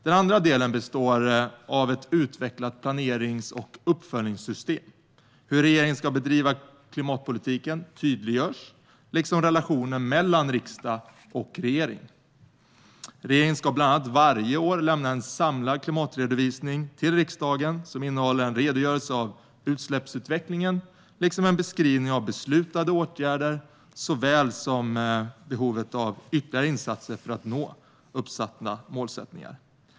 Den andra delen består av ett utvecklat planerings och uppföljningssystem. Hur regeringen ska bedriva klimatpolitiken tydliggörs, liksom relationen mellan riksdag och regering. Regeringen ska bland annat varje år lämna en samlad klimatredovisning till riksdagen som innehåller en redogörelse för utsläppsutvecklingen liksom en beskrivning av beslutade åtgärder såväl som behovet av ytterligare insatser för att nå uppsatta mål.